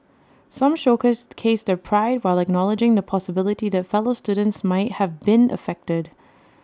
some showcased case their pride while acknowledging the possibility that fellow students might have been affected